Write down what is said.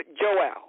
Joel